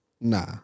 nah